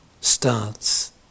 starts